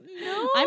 no